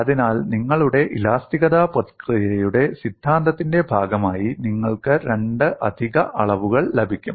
അതിനാൽ നിങ്ങളുടെ ഇലാസ്തികത പ്രക്രിയയുടെ സിദ്ധാന്തത്തിന്റെ ഭാഗമായി നിങ്ങൾക്ക് രണ്ട് അധിക അളവുകൾ ലഭിക്കും